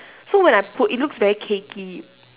so when I put it looks very cakey